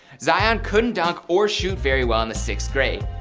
zion couldn't dunk or shoot very well in the sixth grade.